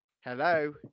Hello